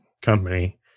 company